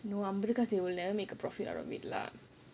no I believe because they will never make a profit out of it lah